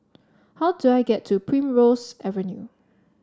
how do I get to Primrose Avenue